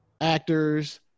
actors